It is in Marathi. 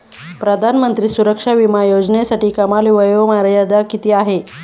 प्रधानमंत्री सुरक्षा विमा योजनेसाठी कमाल वयोमर्यादा किती आहे?